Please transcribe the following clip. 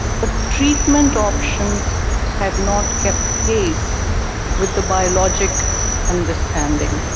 but treatment options have not kept pace with the biologic understanding.